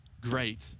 great